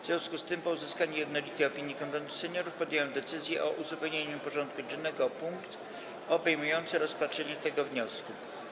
W związku z tym, po uzyskaniu jednolitej opinii Konwentu Seniorów, podjąłem decyzję o uzupełnieniu porządku dziennego o punkt obejmujący rozpatrzenie tego wniosku.